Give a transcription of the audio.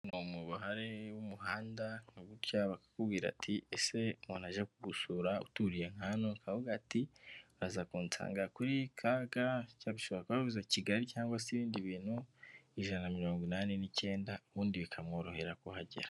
Umubare w'umuhanda gutyakubwira ati ese umuntu aje kugusura uturiyevuga ati aza kunsanga kuri KG kubavuza Kigali cyangwa se ibindi bintu ijana na mirongo inani nicyenda ubundi bikamworohera kuhagera.